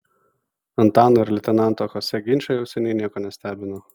antano ir leitenanto chose ginčai jau seniai nieko nestebino